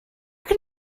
can